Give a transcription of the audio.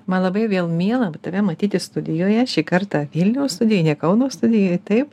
man labai vėl miela tave matyti studijoje šį kartą vilniaus studijoje ne kauno studijoje taip